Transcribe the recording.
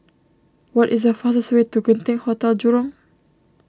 what is the fastest way to Genting Hotel Jurong